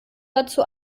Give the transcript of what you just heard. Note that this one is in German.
dazu